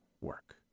work